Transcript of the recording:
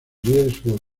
riesgo